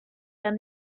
than